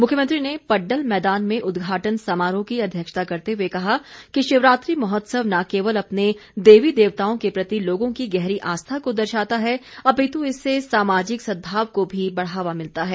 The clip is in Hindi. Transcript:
मुख्यमंत्री ने पड्डल मैदान में उद्घाटन समारोह की अध्यक्षता करते हुए कहा कि शिवरात्रि महोत्सव न केवल अपने देवी देवताओं के प्रति लोगों की गहरी आस्था को दर्शाती है अपितु इससे सामाजिक सदभाव को भी बढ़ावा मिलता है